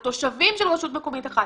או תושבים של רשות מקומית אחת,